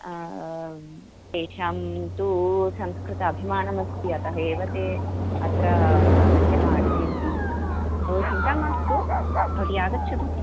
तेषां तु संस्कृत अभिमानः अस्ति अतः एव ते अत्र आगत्य पाठयन्ति ब चिन्ता मास्तु भवती आगच्छतु